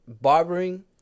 Barbering